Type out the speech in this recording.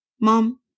Mom